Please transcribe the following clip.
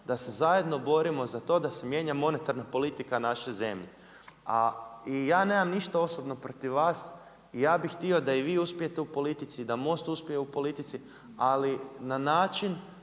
da se zajedno borimo za to da se mijenja monetarna politika naše zemlje. A i ja nemam ništa osobno protiv vas i ja bih htio da i vi uspijete u politici, da MOST uspije u politici ali na način